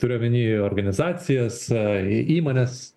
turiu omeny organizacijose įmones